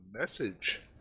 message